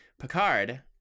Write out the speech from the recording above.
Picard